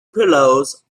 pillows